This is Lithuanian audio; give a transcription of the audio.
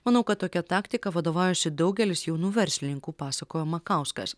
manau kad tokia taktika vadovaujasi daugelis jaunų verslininkų pasakojo makauskas